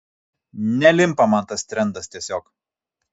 nelimpa man tas trendas tiesiog